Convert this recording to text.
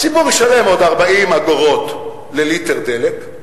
הציבור ישלם עוד 40 אגורות לליטר דלק,